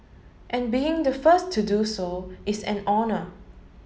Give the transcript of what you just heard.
and being the first to do so is an honour